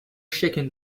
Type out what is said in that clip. shaking